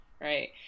right